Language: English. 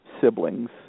siblings